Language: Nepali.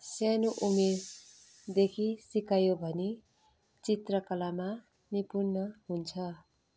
सानो उमेरदेखि सिकायो भने चित्रकलामा निपुण हुन्छ